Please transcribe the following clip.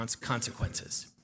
consequences